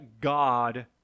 God